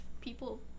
people